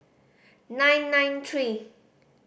nine nine three